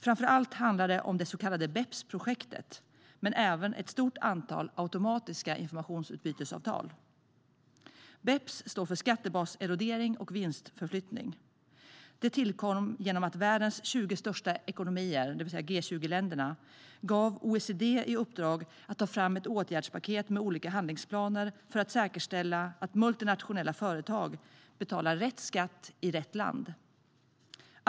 Framför allt handlar det om det så kallade BEPS-projektet men även om ett stort antal automatiska informationsutbytesavtal. BEPS står för skattebaserodering och vinstförflyttning. Det tillkom genom att världens 20 största ekonomier, det vill säga G20-länderna, gav OECD i uppdrag att ta fram ett åtgärdspaket med olika handlingsplaner för att säkerställa att multinationella företag betalar rätt skatt i rätt land.